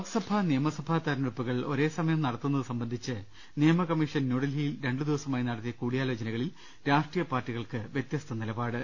ലോക്സഭാ നിയമസഭാ തെർഞ്ഞെടുപ്പുകൾ ഒരേ സമയം നടത്തു ന്നത് സംബന്ധിച്ച് നിയമ കമ്മീഷൻ ന്യൂഡൽഹിയിൽ രണ്ടു ദിവസമായി നടത്തിയ കൂടിയാലോചനകളിൽ രാഷ്ട്രീയ പാർട്ടികൾക്ക് വൃതൃസ്ത നിലപാ ട്